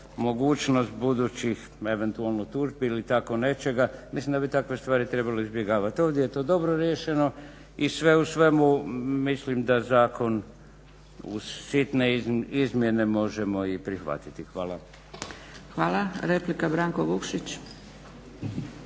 mogućnost budućih eventualno tužbi ili tako nečega. Mislim da bi takve stvari trebalo izbjegavat. Ovdje je to dobro riješeno i sve u svemu mislim da zakon uz sitne izmjene možemo i prihvatiti. Hvala. **Zgrebec, Dragica